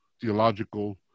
theological